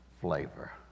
flavor